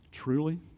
Truly